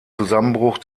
zusammenbruch